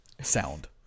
sound